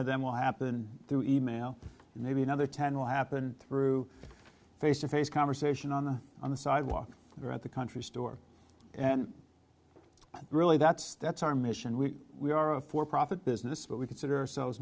of them will happen through e mail and maybe another ten will happen through face to face conversation on the on the sidewalk or at the country store and really that's that's our mission we we are a for profit business but we consider ourselves